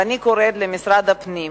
ואני קוראת למשרד הפנים,